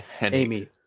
Amy